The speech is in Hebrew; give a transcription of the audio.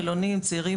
חילוניים צעירים,